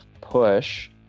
push